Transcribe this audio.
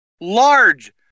large